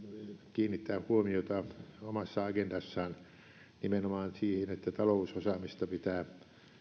kiinnittää huomiota omassa agendassaan nimenomaan siihen että talousosaamista pitää